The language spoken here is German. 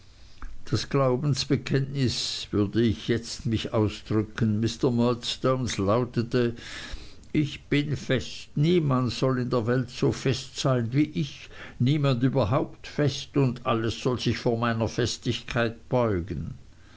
das glaubensbekenntnis würde ich jetzt mich ausdrücken mr murdstones lautete ich bin fest niemand soll in der welt so fest sein wie ich niemand überhaupt fest und alles soll sich vor meiner festigkeit beugen